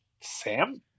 Sam